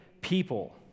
people